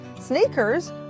sneakers